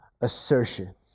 assertion